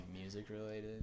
music-related